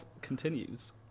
continues